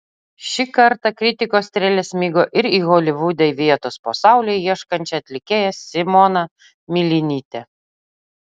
šį kartą kritikos strėlės smigo ir į holivude vietos po saule ieškančią atlikėją simoną milinytę